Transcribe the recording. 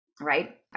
right